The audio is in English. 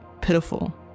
pitiful